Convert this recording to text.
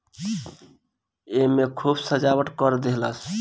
एईमे खूब सजावट कर देहलस